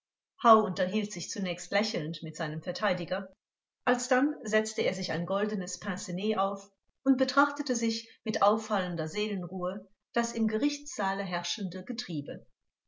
unterhielt sich zunächst lächelnd mit seinem verteidiger alsdann setzte er sich ein goldenes pincenez auf und betrachtete sich mit auffallender seelenruhe das im gerichtssaale herrschende getriebe